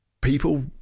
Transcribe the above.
people